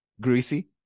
greasy